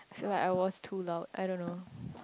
I feel like I was too loud I don't know